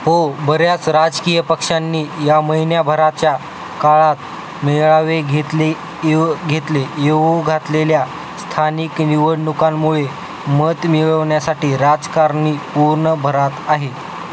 हो बऱ्याच राजकीय पक्षांनी या महिन्याभराच्या काळात मेळावे घेतले ईव घेतले येऊ घातलेल्या स्थानिक निवडणुकांमुळे मत मिळवण्यासाठी राजकारणी पूर्ण भरात आहे